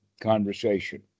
conversation